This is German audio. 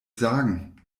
sagen